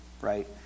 right